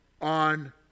on